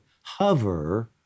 hover